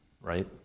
right